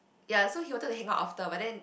ya so he wanted to hang out after but then